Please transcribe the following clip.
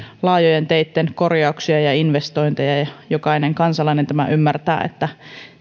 laajojen teitten korjauksia ja investointeja jokainen kansalainen ymmärtää että